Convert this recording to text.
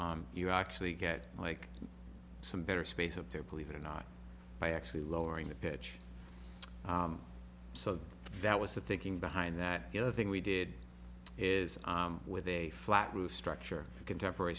so you actually get like some better space up there believe it or not by actually lowering the pitch so that was the thinking behind that the other thing we did is with a flat roof structure a contemporary